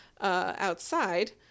outside